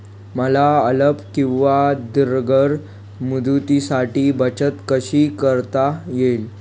मला अल्प किंवा दीर्घ मुदतीसाठी बचत कशी करता येईल?